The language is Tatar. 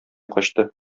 качты